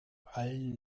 allen